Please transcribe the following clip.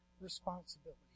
responsibility